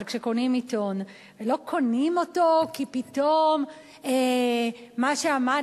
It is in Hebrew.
אבל כשקונים עיתון לא קונים אותו כי פתאום מה שעמד